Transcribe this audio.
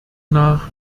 nach